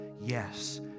yes